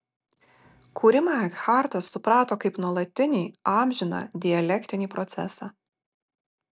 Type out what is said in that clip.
kūrimą ekhartas suprato kaip nuolatinį amžiną dialektinį procesą